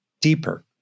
deeper